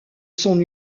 son